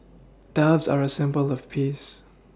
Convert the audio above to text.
doves are a symbol of peace